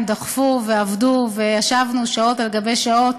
הם דחפו ועבדו, וישבנו שעות על גבי שעות,